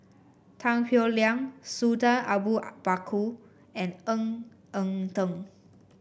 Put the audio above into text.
Tan Howe Liang Sultan Abu Bakar and Ng Eng Teng